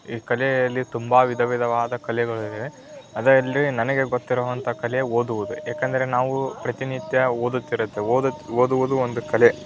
ಈ ಕಲೆಯಲ್ಲಿ ತುಂಬ ವಿಧ ವಿಧವಾದ ಕಲೆಗಳಿವೆ ಅದರಲ್ಲಿ ನನಗೆ ಗೊತ್ತಿರುವಂಥ ಕಲೆ ಓದುವುದು ಯಾಕಂದರೆ ನಾವು ಪ್ರತಿನಿತ್ಯ ಓದುತ್ತಿರುತ್ತೇವೆ ಓದು ಓದುವುದು ಒಂದು ಕಲೆ